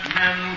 men